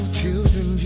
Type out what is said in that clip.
children